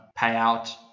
payout